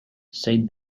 said